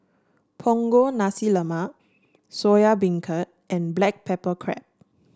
Punggol Nasi Lemak Soya Beancurd and Black Pepper Crab